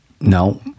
No